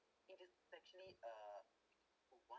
it is actually uh a